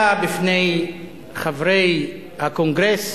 אתה, בפני חברי הקונגרס,